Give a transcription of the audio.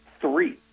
Three